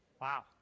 Wow